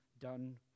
done